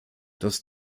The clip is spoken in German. das